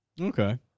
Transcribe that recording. Okay